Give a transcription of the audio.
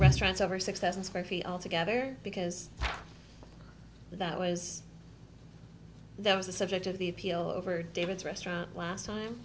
restaurants over six thousand square feet altogether because that was that was the subject of the appeal over david's restaurant last time